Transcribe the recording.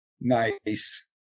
Nice